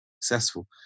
successful